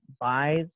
buys